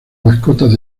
mascotas